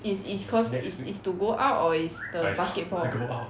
is is cause is to go out or is the basketball